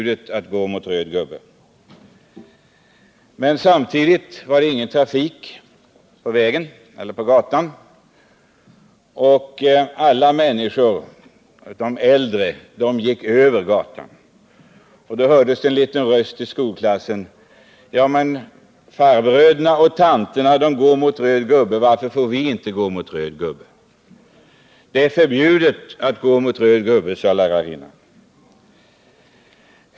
Det var just då ingen trafik på gatan, och alla vuxna gick över gatan mot rött ljus. Då hördes en liten röst i skolklassen: —- Farbröderna och tanterna går ju mot röd gubbe. Varför får inte vi göra det? —- Det är förbjudet att gå mot röd gubbe, svarade lärarinnan.